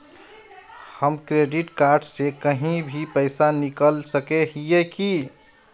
हम credit card से कहीं भी पैसा निकल सके हिये की?